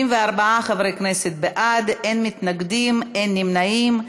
64 חברי כנסת בעד, אין מתנגדים, אין נמנעים.